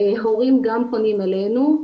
הורים גם פונים אלינו.